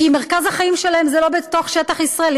כי מרכז החיים שלהן הוא לא בתוך שטח ישראל.